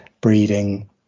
breeding